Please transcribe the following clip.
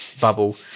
bubble